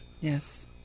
Yes